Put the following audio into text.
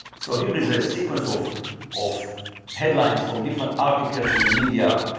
so here is a sequence of of headlines from different articles in the media,